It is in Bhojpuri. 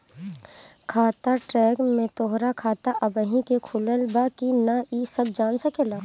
खाता ट्रैक में तोहरा खाता अबही ले खुलल बा की ना इ सब जान सकेला